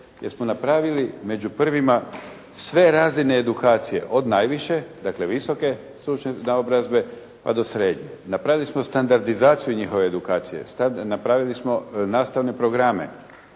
jer smo napravili među prvima sve razine edukacije od najviše, dakle visoke stručne naobrazbe pa do srednje. Napravili smo standardizaciju njihove edukacije, napravili smo nastavne programe,